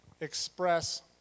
express